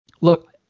look